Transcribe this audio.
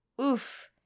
oof